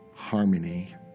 harmony